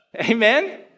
Amen